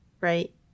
right